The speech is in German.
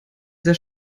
sehr